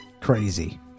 Crazy